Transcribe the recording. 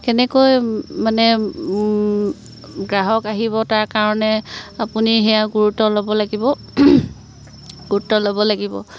কেনেকৈ মানে গ্ৰাহক আহিব তাৰ কাৰণে আপুনি সেয়া গুৰুত্ব ল'ব লাগিব গুৰুত্ব ল'ব লাগিব